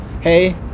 hey